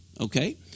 okay